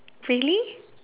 really